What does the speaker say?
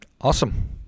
Awesome